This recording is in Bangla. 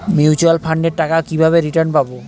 মিউচুয়াল ফান্ডের টাকা কিভাবে রিটার্ন পাব?